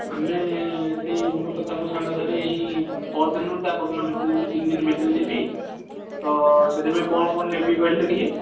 ଆମେ ସେହି ମୁଁ ତ ତାଙ୍କୁ ସାଙ୍ଗରେ ଧରି ଏହି ପରଦିନରୁ ତା ପରଦିନ ଭିତରେ ଯିବି ତିନିଦିନ ଭିତରେ ଯିବି ତ ସେଥିପାଇଁ କ'ଣ କ'ଣ ନେବି କହିଲେ ଟିକେ